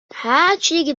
háčik